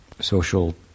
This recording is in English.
social